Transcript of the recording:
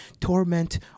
torment